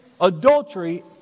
adultery